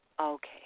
Okay